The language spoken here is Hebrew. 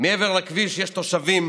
מעבר לכביש, יש תושבים